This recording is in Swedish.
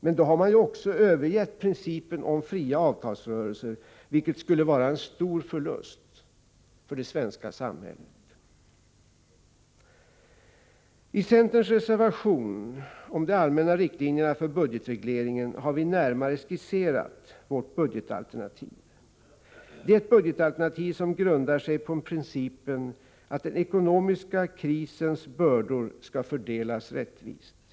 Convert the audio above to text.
Men då har man också övergett principen om fria avtalsrörelser, vilket skulle vara en stor förlust för det svenska samhället. I centerns reservation om de allmänna riktlinjerna för budgetregleringen har vi närmare skisserat vårt budgetalternativ. Det är ett budgetalternativ som grundar sig på principen att den ekonomiska krisens bördor skall fördelas rättvist.